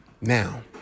Now